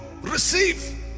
receive